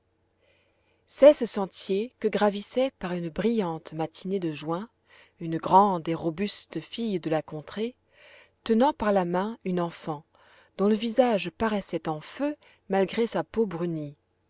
c'est ce sentier que gravissait par une brillante matinée de juin une grande et robuste fille de la contrée tenant par la main une enfant dont le visage paraissait en feu malgré sa peau brunie